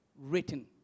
written